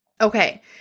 Okay